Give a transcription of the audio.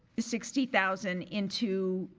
sixty thousand, into,